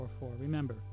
Remember